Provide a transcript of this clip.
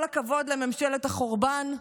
כל הכבוד לממשלת החורבן.